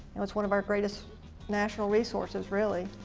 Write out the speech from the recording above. and it's one of our greatest national resources, really.